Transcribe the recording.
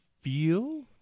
feel